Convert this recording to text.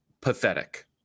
pathetic